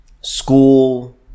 school